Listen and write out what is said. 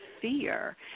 fear